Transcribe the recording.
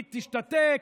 היא תשתתק,